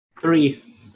Three